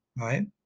right